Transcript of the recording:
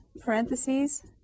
parentheses